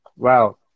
Wow